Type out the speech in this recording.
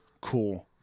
cool